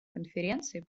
конференций